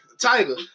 Tiger